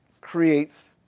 creates